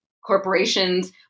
corporations